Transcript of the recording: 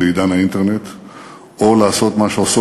אני תומך בו משום שאני רוצה לדעת שכל ראש ממשלה שמנהל